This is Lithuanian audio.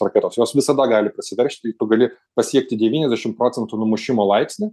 raketos jos visada gali prasiveržti tu gali pasiekti devyniasdešim procentų numušimo laipsnį